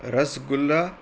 rasgulla